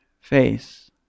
face